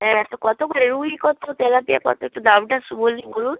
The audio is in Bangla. হ্যাঁ তো কত করে রুই কত তেলাপিয়া কত একটু দামটা শু বলি বলুন